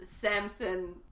Samson